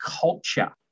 culture